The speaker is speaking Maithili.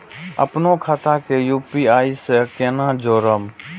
अपनो खाता के यू.पी.आई से केना जोरम?